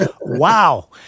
wow